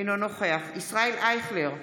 אינו נוכח ישראל אייכלר,